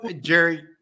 Jerry